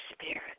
Spirit